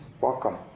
Welcome